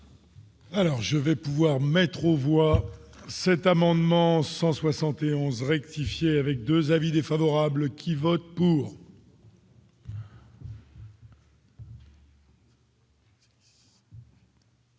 Alors, je vais pouvoir mettre aux voix cet amendement 171 rectifier avec 2 avis défavorables qui vote pour.